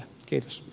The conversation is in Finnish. kiitos